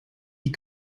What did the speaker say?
die